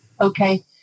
Okay